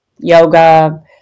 yoga